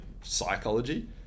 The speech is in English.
psychology